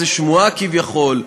הייתה איזו שמועה, כביכול,